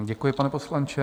Děkuji, pane poslanče.